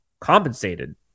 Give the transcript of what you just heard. compensated